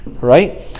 right